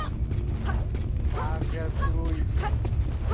ᱵᱟᱨᱜᱮᱞ ᱛᱩᱨᱩᱭ